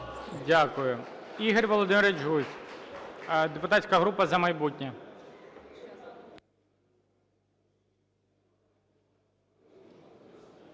Дякую. Ігор Володимирович Гузь, депутатська група "За майбутнє".